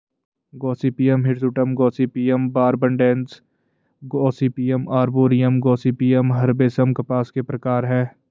Gossypium hirsutum, Gossypium barbadense, Gossypium arboreum, Gossypium herbaceum कपास के प्रकार है